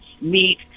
meat